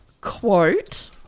quote